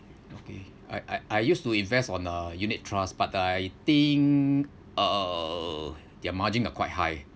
okay I I I used to invest on uh unit trust but I think uh their margin are quite high